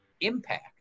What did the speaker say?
impact